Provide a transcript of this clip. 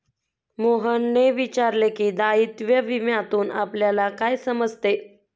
मोहनने विचारले की, दायित्व विम्यातून आपल्याला काय समजते?